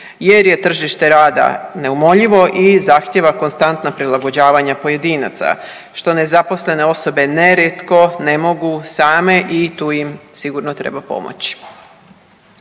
jer je tržište neumoljivo i zahtjeva konstantna prilagođavanja pojedinaca, što nezaposlene osobe nerijetko ne mogu same i tu im sigurno treba pomoći.